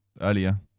earlier